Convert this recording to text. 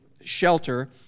shelter